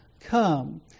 come